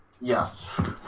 Yes